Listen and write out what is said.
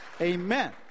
Amen